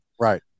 Right